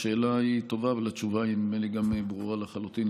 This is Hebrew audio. השאלה היא טובה אבל נדמה לי שגם התשובה ברורה לחלוטין,